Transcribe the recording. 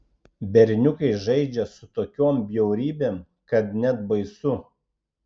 berniukai žaidžia su tokiom bjaurybėm kad net baisu